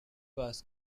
was